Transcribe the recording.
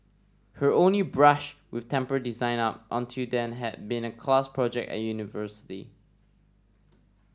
her only brush with temple design up until then had been a class project at university